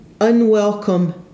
unwelcome